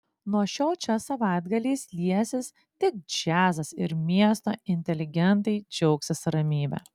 nuo šiol čia savaitgaliais liesis tik džiazas ir miesto inteligentai džiaugsis ramybe